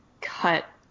cut